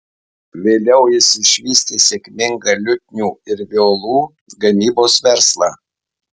vėliau jis išvystė sėkmingą liutnių ir violų gamybos verslą